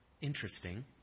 Interesting